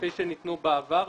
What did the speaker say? כפי שניתנו בעבר,